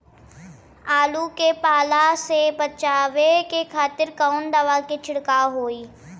आलू के पाला से बचावे के खातिर कवन दवा के छिड़काव होई?